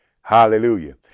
hallelujah